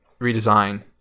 redesign